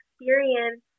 experience